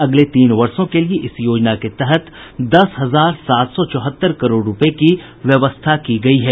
अगले तीन वर्षो के लिये इस योजना के तहत दस हजार सात सौ चौहत्तर करोड़ रूपये की व्यवस्था की गयी है